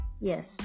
Yes